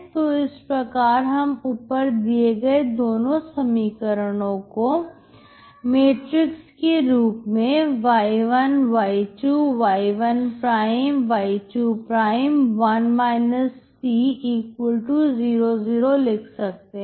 तो इस प्रकार हम ऊपर दिए गए दोनों समीकरणों को मैट्रिक्स के रूप में y1 y2 y1 y2 1 c 0 0 लिख सकते हैं